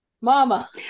Mama